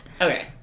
Okay